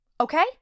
Okay